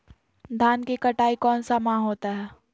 धान की कटाई कौन सा माह होता है?